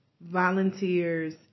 volunteers